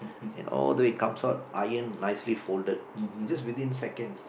and all that it comes out ironed nicely folded just within seconds